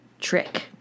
trick